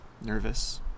nervous